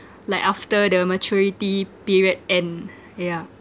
like after the maturity period and yeah